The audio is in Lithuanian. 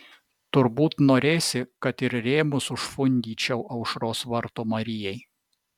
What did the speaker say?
turbūt norėsi kad ir rėmus užfundyčiau aušros vartų marijai